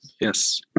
Yes